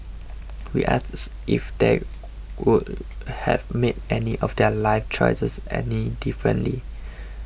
we if they would have made any of their life choices any differently